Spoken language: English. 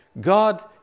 God